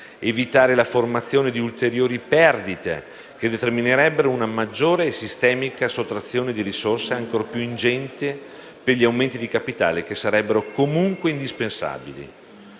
evitare la formazione di ulteriori perdite, che determinerebbero una maggiore e sistemica sottrazione di risorse, ancor più ingente, per gli aumenti di capitale che sarebbero comunque indispensabili.